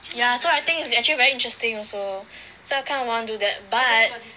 ya so I think is actually very interesting also so I kind of wanna do that but